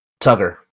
Tugger